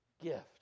gift